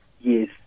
Yes